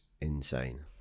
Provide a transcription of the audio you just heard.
insane